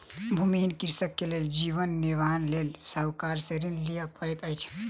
भूमिहीन कृषक के जीवन निर्वाहक लेल साहूकार से ऋण लिअ पड़ैत अछि